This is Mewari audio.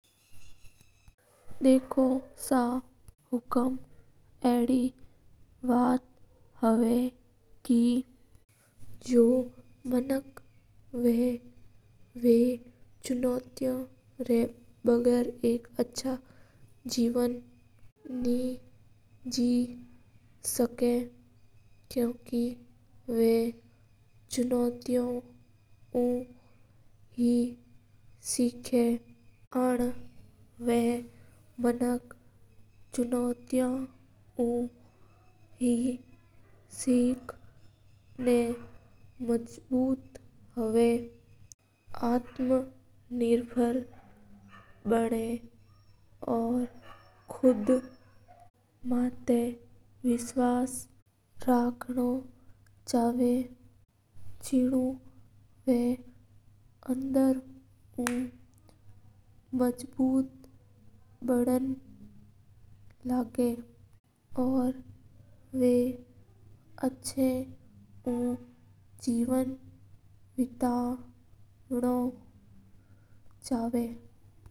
देखो सा हुकम अडी बात हवा के मानस चुनोतिया रा बिना अच्छा जिवण नी जी सका हा मानस ना चुनोतिया उ हे सीख मिला हा। चुनोतिया हु इस मानस मज़बूत बना और अंदर सा बे मज़बूत बना हा और आत्मविश्वास बना हा।